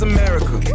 America